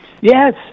Yes